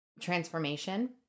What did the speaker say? transformation